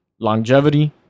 Longevity